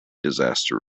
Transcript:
disaster